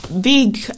big